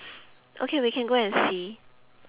okay we can go and see